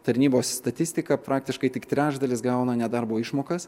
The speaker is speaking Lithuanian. tarnybos statistiką praktiškai tik trečdalis gauna nedarbo išmokas